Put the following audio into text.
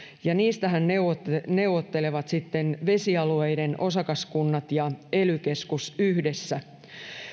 ja niistähän neuvottelevat neuvottelevat sitten vesialueiden osakaskunnat ja ely keskus yhdessä